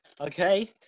Okay